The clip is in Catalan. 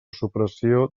supressió